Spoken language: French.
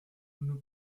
nous